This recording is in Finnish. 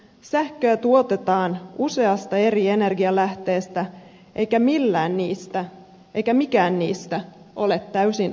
sähköä tuotetaan useasta eri energialähteestä eikä mikään niistä ole täysin ongelmaton